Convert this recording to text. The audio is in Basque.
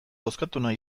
bozkatuena